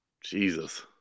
Jesus